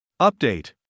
Update